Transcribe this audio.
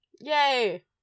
Yay